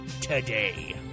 today